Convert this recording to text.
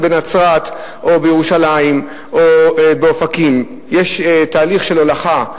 אם בנצרת או בירושלים או באופקים יש תהליך של הולכה,